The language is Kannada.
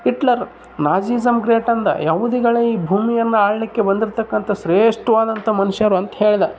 ಇಟ್ಲರ್ ನಾಸಿಸಮ್ ಗ್ರೇಟ್ ಅಂದ ಯಹೂದಿಗಳೆ ಈ ಭೂಮಿಯನ್ನು ಆಳಲಿಕ್ಕೆ ಬಂದಿರ್ತಕ್ಕಂಥತ ಶೇಷ್ಟವಾದಂಥ ಮನುಷ್ಯರು ಅಂತ ಹೇಳಿದ